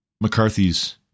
McCarthy's